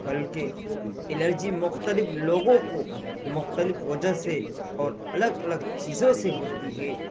بلکہ الرجی مختلف لوگوں کو مختلف وجہ سے اور الگ الگ چیزوں سے ہوتی ہے